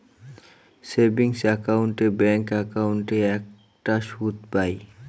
savings account এ bank একাউন্টে একটা সুদ পাই